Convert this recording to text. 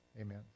Amen